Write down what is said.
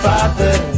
Father